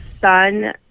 son